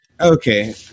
Okay